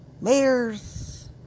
mayors